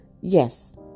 yes